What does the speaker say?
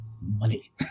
money